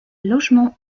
logements